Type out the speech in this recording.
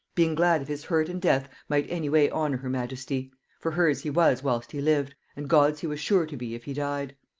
being glad if his hurt and death might any way honor her majesty for hers he was whilst he lived, and god's he was sure to be if he died.